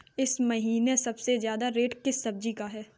इस महीने सबसे अच्छा रेट किस सब्जी का है?